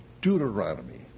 Deuteronomy